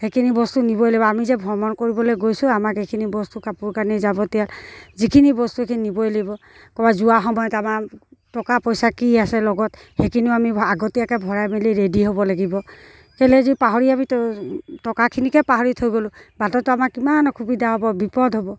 সেইখিনি বস্তু নিবই লাগিব আমি যে ভ্ৰমণ কৰিবলৈ গৈছোঁ আমাক এইখিনি বস্তু কাপোৰ কানি যাবতীয়াল যিখিনি বস্তু সেইখিনি নিবই লাগিব ক'ৰবাত যোৱা সময়ত আমাৰ টকা পইচা কি আছে লগত সেইখিনিও আমি আগতীয়াকৈ ভৰাই মেলি ৰেডি হ'ব লাগিব কেলেই যি পাহৰি আমি টকাখিনিকে পাহৰি থৈ গ'লোঁ বাটতটো আমাৰ কিমান অসুবিধা হ'ব বিপদ হ'ব